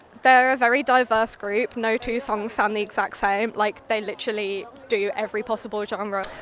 they're a very diverse group, no two songs sound the exact same. like, they literally do every possible genre.